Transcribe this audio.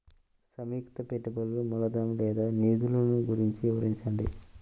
సంయుక్త పెట్టుబడులు మూలధనం లేదా నిధులు గురించి వివరించండి?